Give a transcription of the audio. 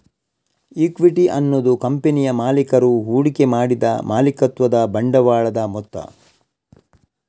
equity ಅನ್ನುದು ಕಂಪನಿಯ ಮಾಲೀಕರು ಹೂಡಿಕೆ ಮಾಡಿದ ಮಾಲೀಕತ್ವದ ಬಂಡವಾಳದ ಮೊತ್ತ